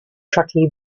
truckee